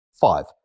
five